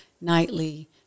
nightly